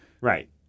Right